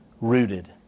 rooted